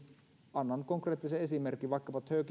annan konkreettisen esimerkin vaikkapa